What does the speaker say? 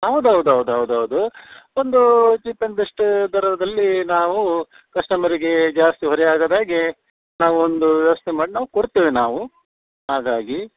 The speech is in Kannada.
ಹೌದೌದೌದೌದೌ ಹೌದು ಒಂದು ಚೀಪ್ ಆ್ಯಂಡ್ ಬೆಸ್ಟ್ ದರದಲ್ಲಿ ನಾವು ಕಸ್ಟಮರ್ಗೆ ಜಾಸ್ತಿ ಹೊರೆಯಾಗದಾಗೆ ನಾವು ಒಂದು ವ್ಯವಸ್ಥೆ ಮಾಡಿ ನಾವು ಕೊಡ್ತೇವೆ ನಾವು ಹಾಗಾಗಿ